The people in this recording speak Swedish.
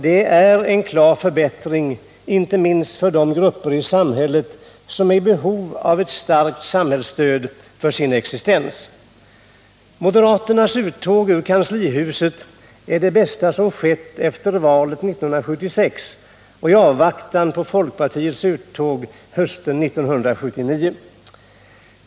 Det är en klar förbättring, inte minst för de grupper i samhället som är i behov av ett starkt samhällsstöd för sin existens. Moderaternas uttåg ur kanslihuset är det bästa som skett sedan valet 1976 och i avvaktan på folkpartiets uttåg hösten 1979.